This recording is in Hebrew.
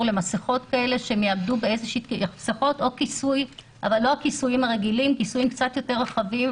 למסכות או כיסוי אבל לא הכיסויים הרגילים אלא הכיסויים הרחבים יותר.